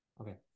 Okay